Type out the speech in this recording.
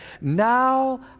now